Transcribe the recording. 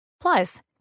Plus